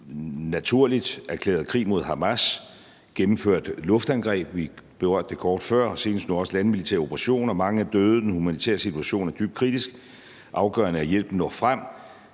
naturligt, erklæret krig mod Hamas og har gennemført luftangreb – vi berørte det kort før – og senest nu også landmilitære operationer. Mange er døde, og den humanitære situation er dybt kritisk. Det er afgørende, at hjælpen når frem.